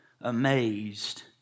amazed